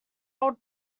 old